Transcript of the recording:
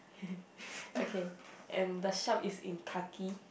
okay and the shop is in khaki